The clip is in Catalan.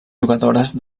jugadores